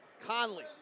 Conley